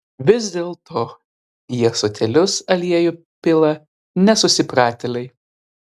vis dėlto į ąsotėlius aliejų pila nesusipratėliai